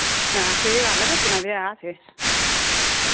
हां स्हेई गल्ल ऐ नच्चना ते ऐ असें